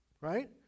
right